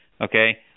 okay